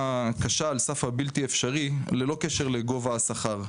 קשה על סף הבלתי אפשרית ללא קשר לגובה השכר.